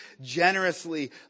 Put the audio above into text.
generously